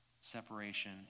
separation